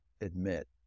admit